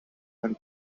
ein